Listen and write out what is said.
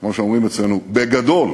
כמו שאומרים אצלנו, בגדול